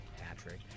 Patrick